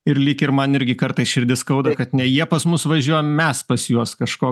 ir lyg ir man irgi kartais širdį skauda kad ne jie pas mus važiuoja mes pas juos kažko